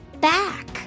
back